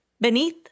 Beneath